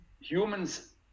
Humans